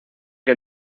que